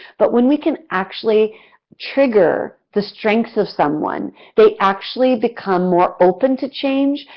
but when we can actually trigger the strength of someone they actually become more open to change,